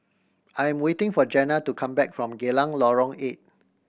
I am waiting for Jenna to come back from Geylang Lorong Eight